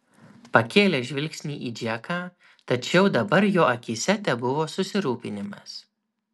pakėlė žvilgsnį į džeką tačiau dabar jo akyse tebuvo susirūpinimas